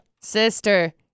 sister